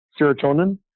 serotonin